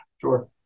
Sure